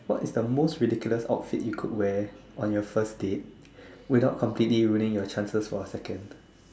what is the most ridiculous outfit you could wear on your first date without completely ruining your chances for a second